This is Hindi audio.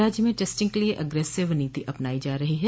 राज्य में टेस्टिंग के लिये एग्रेसिव नीति अपनाई जा रही है